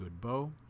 Goodbow